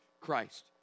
Christ